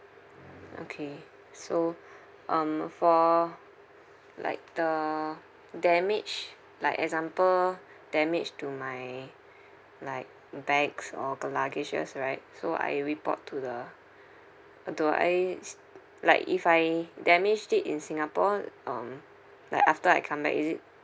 okay so um for like the damage like example damage to my like bags or the luggage right so I report to the or do I like if I damaged it in singapore um like after I come back is it